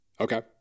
Okay